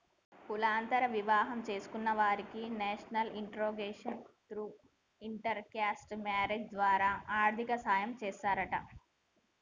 కులాంతర వివాహం చేసుకున్న వాలకి national integration through intercaste marriage ద్వారా ఆర్థిక సాయం చేస్తారంట